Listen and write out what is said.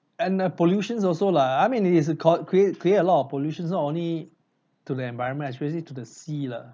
and uh pollutions also lah I mean it's a co~ create create a lot of pollutions not only to the environment especially to the sea lah